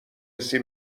حسی